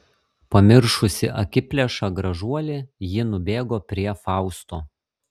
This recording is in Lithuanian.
pamiršusi akiplėšą gražuolį ji nubėgo prie fausto